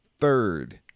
third